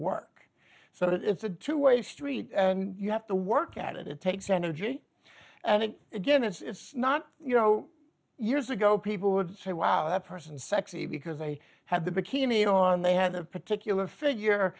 work so it's a two way street and you have to work at it it takes energy and it again it's not you know years ago people would say wow that person sexy because they had the bikini on they had a particular figure